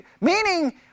Meaning